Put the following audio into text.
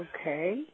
Okay